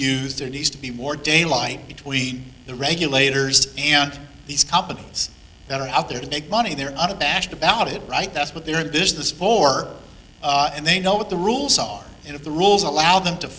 used there needs to be more daylight between the regulators and these companies that are out there to make money they're unabashed about it right that's what they're in business for and they know what the rules are and if the rules allow them to